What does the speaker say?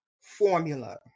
formula